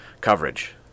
coverage